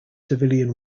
civilian